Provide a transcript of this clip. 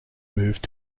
moved